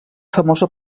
famosa